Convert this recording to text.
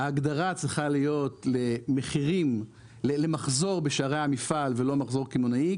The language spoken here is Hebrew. ההגדרה צריכה להיות למחזור בשערי המפעל ולא מחזור קמעונאי,